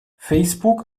facebook